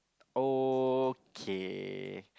okay